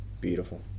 Beautiful